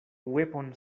weapon